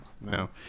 No